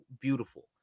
beautiful